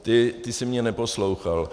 Ty jsi mě neposlouchal.